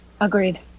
Agreed